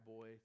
boy